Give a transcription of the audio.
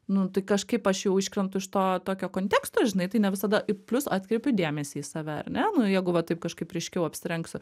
nu tai kažkaip aš jau iškrentu iš to tokio konteksto žinai tai ne visada i plius atkreipiu dėmesį į save ar ne nu jeigu va taip kažkaip ryškiau apsirengsi